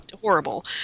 horrible